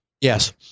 Yes